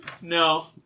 No